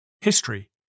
history